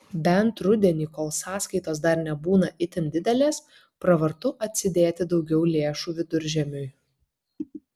bent rudenį kol sąskaitos dar nebūna itin didelės pravartu atsidėti daugiau lėšų viduržiemiui